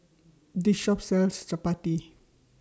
This Shop sells Chapati